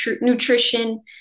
nutrition